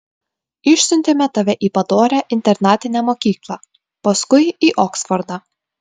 išsiuntėme tave į padorią internatinę mokyklą paskui į oksfordą